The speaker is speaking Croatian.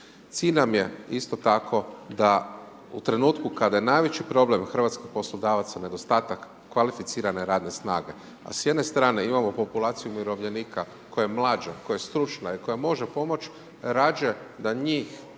Cilj nam je isto tako da u trenutku kada je najveći problem hrvatskih poslodavaca nedostatak kvalificirane radne snage, a s jedne strane imamo populaciju umirovljenika koja je mlađa, koja je stručna i koja može pomoć, radije da njima